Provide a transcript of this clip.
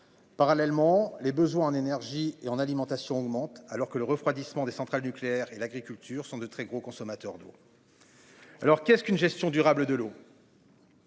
Parallèlement, les besoins en énergie et en alimentation augmente, alors que le refroidissement des centrales nucléaires et l'agriculture sont de très gros consommateurs d'eau. Alors qu'est-ce qu'une gestion durable de l'eau.